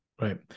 right